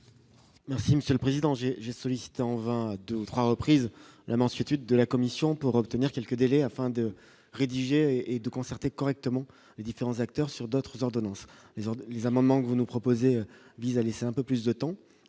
Merci Monsieur le Président, j'ai j'ai sollicité en vain à 2 ou 3 reprises la mansuétude de la Commission pour obtenir quelques délais afin de rédiger et de concerter correctement et différents acteurs sur d'autres ordonnances les les amendements que vous nous proposez vise à laisser un peu plus de temps,